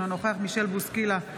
אינו נוכח מישל בוסקילה,